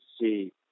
see